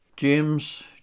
James